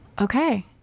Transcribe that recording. Okay